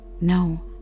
No